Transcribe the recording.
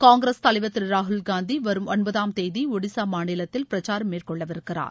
காங்கிரஸ் தலைவர் திரு ராகுல்காந்தி வரும் ஒன்பதாம் தேதி ஒடிசா மாநிலத்தில் பிரச்சாரம் மேற்கொள்ளவிருக்கிறார்